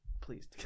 please